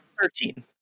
Thirteen